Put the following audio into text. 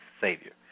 Savior